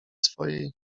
swojej